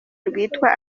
rwitwa